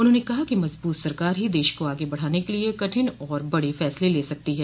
उन्होंने कहा कि मजबूत सरकार ही देश को आगे बढ़ाने के लिए कठिन और बड़े फैसले ले सकती है